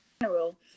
general